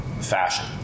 fashion